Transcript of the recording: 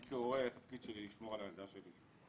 כהורה, התפקיד שלי לשמור על הילדה שלי.